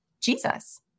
Jesus